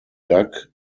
duck